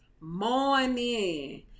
morning